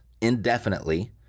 indefinitely